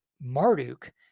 Marduk